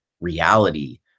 reality